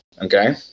Okay